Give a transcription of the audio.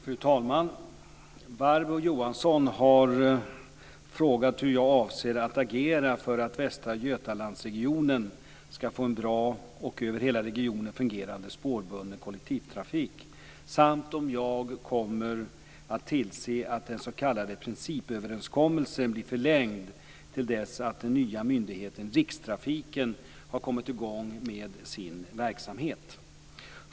Fru talman! Barbro Johansson har frågat hur jag avser att agera för att Västra Götalandsregionen skall få en bra och över hela regionen fungerande spårbunden kollektivtrafik samt om jag kommer att tillse att den s.k. principöverenskommelsen blir förlängd till dess att den nya myndigheten Rikstrafiken har kommit i gång med sin verksamhet.